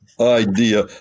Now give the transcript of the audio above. idea